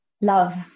Love